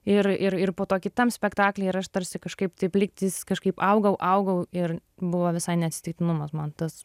ir ir ir po to kitam spektakly ir aš tarsi kažkaip taip lyg tais kažkaip augau augau ir buvo visai ne atsitiktinumas man tas